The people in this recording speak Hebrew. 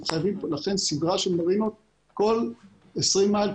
אנחנו חייבים לכן סדרה של מרינות כל 20 מייל,